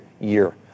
year